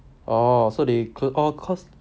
oh so they close oh cause